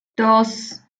dos